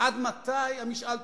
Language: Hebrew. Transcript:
עד מתי המשאל תופס?